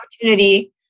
opportunity